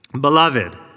Beloved